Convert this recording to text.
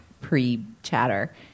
pre-chatter